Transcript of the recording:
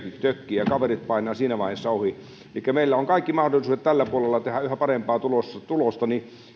tökkii ja kaverit painavat siinä vaiheessa ohi elikkä meillä on kaikki mahdollisuudet tällä puolella tehdä yhä parempaa tulosta tulosta